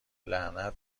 لعنت